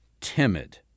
timid